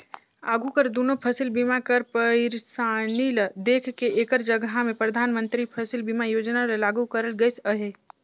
आघु कर दुनो फसिल बीमा कर पइरसानी ल देख के एकर जगहा में परधानमंतरी फसिल बीमा योजना ल लागू करल गइस अहे